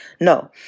No